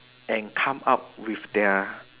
and come up with their